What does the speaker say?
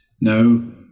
no